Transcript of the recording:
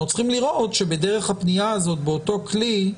אנחנו צריכים לראות שבדרך הפנייה הזאת באותו כלי,